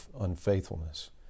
unfaithfulness